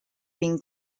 been